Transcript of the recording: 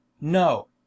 No